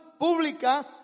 pública